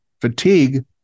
fatigue